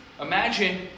Imagine